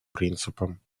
принципам